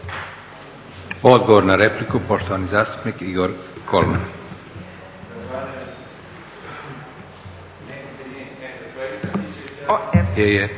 Odgovor na repliku poštovani zastupnik Igor KOlman.